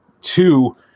two